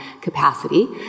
capacity